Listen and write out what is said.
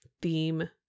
theme